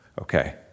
Okay